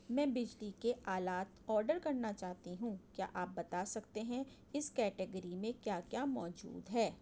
میں بجلی کے آلات اوڈر کرنا چاہتی ہوں کیا آپ بتا سکتے ہیں اس کیٹیگری میں کیا کیا موجود ہے